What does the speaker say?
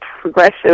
progressive